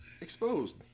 exposed